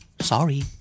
Sorry